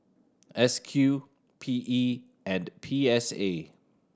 S Q P E and P S A